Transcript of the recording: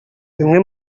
bimwe